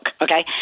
okay